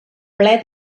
ple